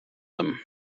them